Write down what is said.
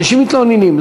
אנשים מתלוננים.